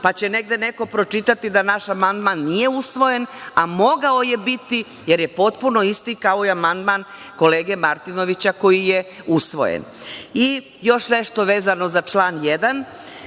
pa će neko negde pročitati da naš amandman nije usvojen, a mogao je biti, jer je potpuno isti kao i amandman kolege Martinovića koji je usvojen. Još nešto vezano za član 1.